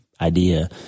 idea